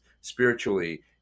spiritually